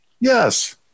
Yes